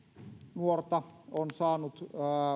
nuorta on saanut